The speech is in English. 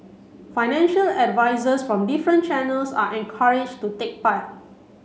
financial advisers from different channels are encouraged to take part